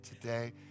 today